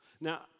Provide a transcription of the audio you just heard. Now